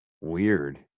Weird